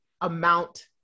amount